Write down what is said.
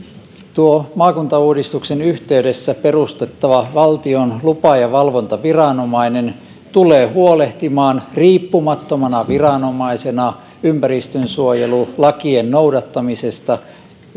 tuo maakuntauudistuksen yhteydessä perustettava valtion lupa ja valvontaviranomainen tulee huolehtimaan riippumattomana viranomaisena ympäristönsuojelulakien noudattamisesta